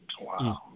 Wow